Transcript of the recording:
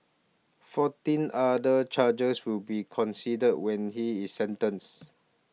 fourteen other charges will be considered when he is sentenced